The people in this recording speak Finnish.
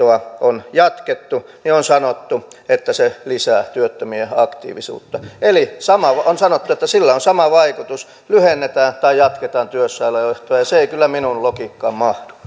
on jatkettu on sanottu että se lisää työttömien aktiivisuutta eli on sanottu että sillä on sama vaikutus lyhennetään tai jatketaan työssäoloehtoa ja se ei kyllä minun logiikkaani